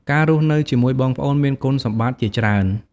ការរស់នៅជាមួយបងប្អូនមានគុណសម្បត្តិជាច្រើន។